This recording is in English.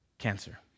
Cancer